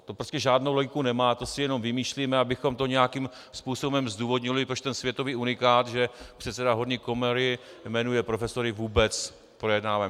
To prostě žádnou logiku nemá, to si jenom vymýšlíme, abychom to nějakým způsobem zdůvodnili, proč ten světový unikát, že předseda horní komory jmenuje profesory, vůbec projednáváme.